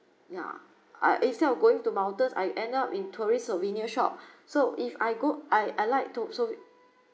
yeah I instead of going to mountains I ended up in tourist souvenir shop so if I go I I like to solve it